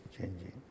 changing